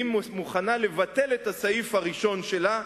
והיא מוכנה לבטל את הסעיף הראשון שלה,